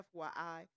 FYI